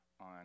on